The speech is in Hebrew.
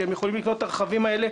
שיכולים לקנות את הרכבים האלה,